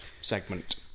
Segment